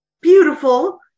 beautiful